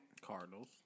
Cardinals